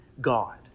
God